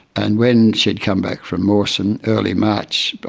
and when she had come back from mawson, early march,